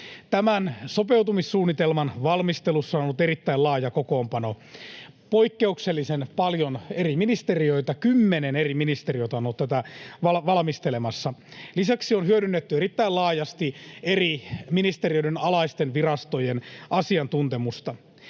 Tämän sopeutumissuunnitelman valmistelussa on ollut erittäin laaja kokoonpano. Poikkeuksellisen paljon eri ministeriöitä, kymmenen eri ministeriötä, on ollut tätä valmistelemassa. Lisäksi on hyödynnetty erittäin laajasti eri ministeriöiden alaisten virastojen asiantuntemusta.